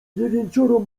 dziewięcioro